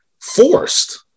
forced